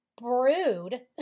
brood